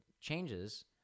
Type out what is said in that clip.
changes